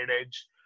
Edge